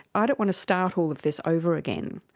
ah don't want to start all of this over again,